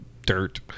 dirt